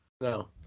No